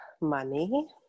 money